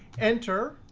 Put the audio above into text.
enter.